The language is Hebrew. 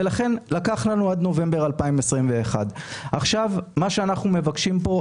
ולכן לקח לנו עד נובמבר 2021. עכשיו מה שאנחנו מבקשים פה,